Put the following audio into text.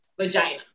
vagina